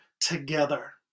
together